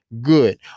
Good